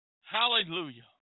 Hallelujah